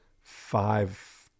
five